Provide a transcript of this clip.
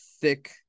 thick